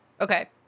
Okay